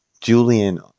Julian